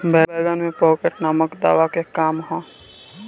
बैंगन में पॉकेट नामक दवा के का काम ह?